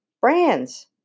Brands